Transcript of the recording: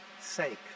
sake